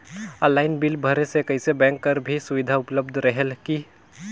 Online bill भरे से कइसे बैंक कर भी सुविधा उपलब्ध रेहेल की?